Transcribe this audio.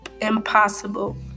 impossible